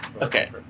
Okay